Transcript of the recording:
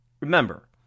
remember